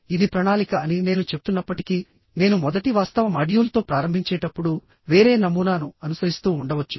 ఇది ప్రణాళిక అని నేను చెప్తున్నప్పటికీనేను మొదటి వాస్తవ మాడ్యూల్తో ప్రారంభించేటప్పుడు వేరే నమూనాను అనుసరిస్తూ ఉండవచ్చు